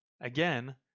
again